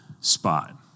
spot